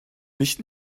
nicht